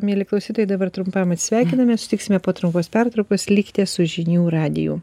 mieli klausytojai dabar trumpam atsisveikiname susitiksime po trumpos pertraukos likite su žinių radiju